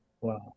wow